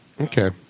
Okay